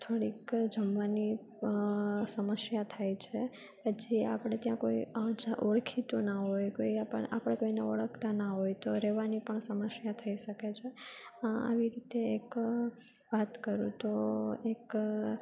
થોડીક જમવાની સમસ્યા થાય છે જે આપણે ત્યાં કોઈ જ ઓળખીતું ના હોય કોઈ આપણે કોઈને ઓળખતા ના હોય તો રહેવાની પણ સમસ્યા થઈ શકે છે આવી રીતે એક વાત કરું તો એક